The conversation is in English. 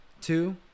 two